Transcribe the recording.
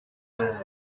heures